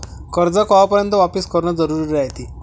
कर्ज कवापर्यंत वापिस करन जरुरी रायते?